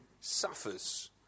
suffers